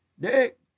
Dick